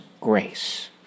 grace